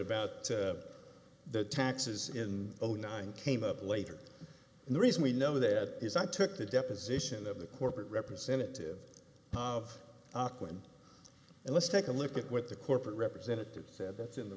about the taxes in zero nine came up later and the reason we know that is i took the deposition of the corporate representative of auckland and let's take a look at what the corporate representative said that in the